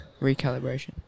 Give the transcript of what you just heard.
Recalibration